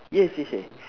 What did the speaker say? yes yes yes